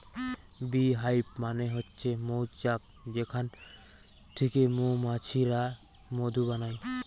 bee hive মানে হচ্ছে মৌচাক যেখান থিকে মৌমাছিরা মধু বানায়